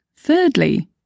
Thirdly